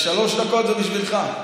שלוש דקות זה בשבילך.